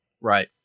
Right